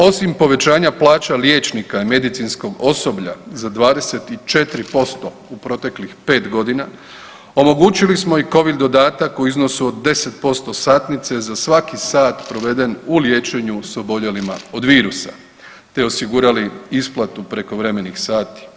Osim povećanja plaća liječnika i medicinskog osoblja za 24% u proteklih 5 godina, omogućili smo i Covid dodatak u iznosu od 10% satnice za svaki sat proveden u liječenju s oboljelima od virusa te osigurali isplatu prekovremenih sati.